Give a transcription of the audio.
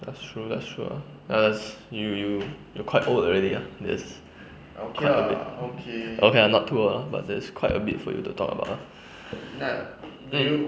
that's true that's true ah ya you you you quite old already ah that's quite a bit okay ah not too old ah but there's quite a bit for you to talk about ah mm